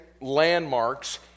landmarks